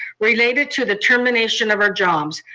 related to the termination of our jobs,